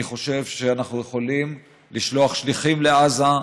אני חושב שאנחנו יכולים לשלוח שליחים לעזה,